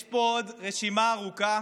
יש פה עוד רשימה ארוכה